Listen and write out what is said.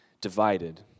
divided